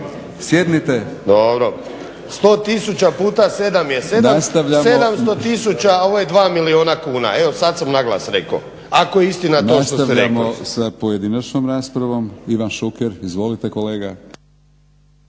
Zoran (HDSSB)** 100 puta 7 je 700 tisuća, a ovo je dva milijuna kuna. Evo sada sam na glas rekao. Ako je istina to što ste rekli. **Batinić, Milorad (HNS)** Nastavljamo sa pojedinačnom raspravom. Ivan Šuker. Izvolite kolega.